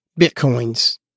Bitcoins